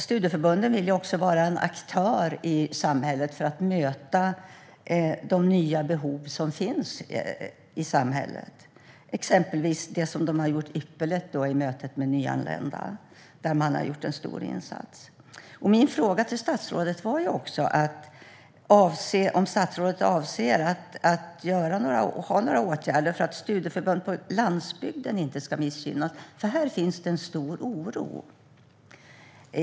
Studieförbunden vill också vara en aktör för att möta de nya behov som finns i samhället. Det gäller exempelvis det som de har gjort ypperligt i mötet med nyanlända, där de har gjort en stor insats. Min fråga till statsrådet var om statsrådet avser att vidta några åtgärder så att studieförbund på landsbygden inte ska missgynnas. Här finns en stor oro.